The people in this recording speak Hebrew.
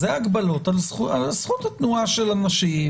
זה ההגבלות על זכות התנועה של אנשים,